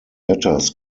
letters